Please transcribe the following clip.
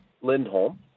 Lindholm